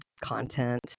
content